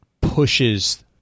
pushes